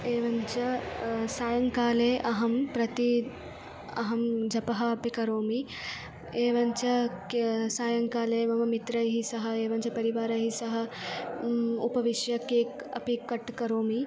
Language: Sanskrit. एवञ्च सायङ्काले अहं प्रति अहं जपः अपि करोमि एवञ्च किं सायङ्काले मम मित्रैः सह एवञ्च परिवारेण सह उपविश्य केक् अपि कट् करोमि